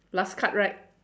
last card right